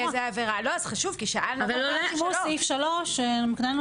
חשוב כי שאלנו --- סעיף 3 מקנה לנו